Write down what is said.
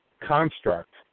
construct